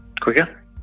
quicker